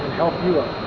help you up